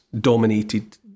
dominated